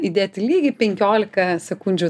įdėti lygiai penkiolika sekundžių